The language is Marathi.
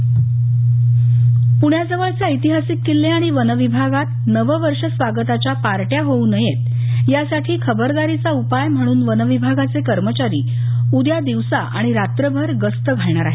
नववर्ष प्रण्याजवळचे ऐतिहासिक किल्ले आणि वन विभागात नवं वर्ष स्वागताच्या पार्ट्या होऊ नयेत यासाठी खबरदारीचा उपाय म्हणून वन विभागाचे कर्मचारी उद्या दिवसा आणि रात्रभर गस्त घालणार आहेत